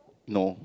no